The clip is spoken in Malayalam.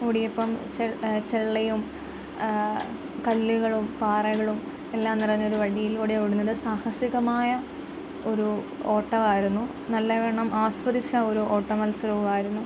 ഓടിയിപ്പം ചെ ചെള്ളയും കല്ലുകളും പാറകളും എല്ലാം നിറഞ്ഞൊരു വഴിയിലൂടെ ഓടുന്നത് സാഹസികമായ ഒരു ഓട്ടമായിരുന്നു നല്ലവണ്ണം ആസ്വദിച്ച ഒരു ഓട്ടമത്സരവും ആയിരുന്നു